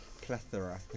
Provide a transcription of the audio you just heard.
plethora